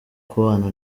kubana